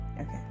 Okay